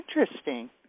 Interesting